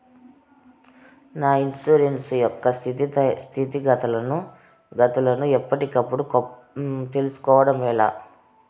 నా ఇన్సూరెన్సు యొక్క స్థితిగతులను గతులను ఎప్పటికప్పుడు కప్పుడు తెలుస్కోవడం ఎలా?